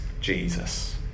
Jesus